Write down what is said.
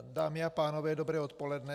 Dámy a pánové, dobré odpoledne.